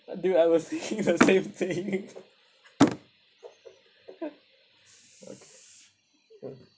dude I would see the same thing okay mm